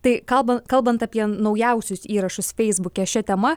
tai kalban kalbant apie naujausius įrašus feisbuke šia tema